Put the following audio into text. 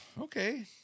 okay